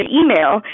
email